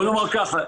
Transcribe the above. בואי נאמר ככה,